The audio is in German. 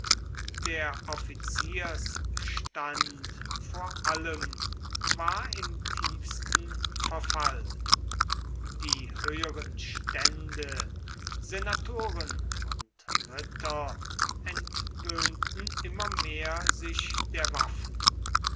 der offiziersstand vor allem war im tiefsten verfall die höheren stände senatoren und ritter entwöhnten immer mehr sich der waffen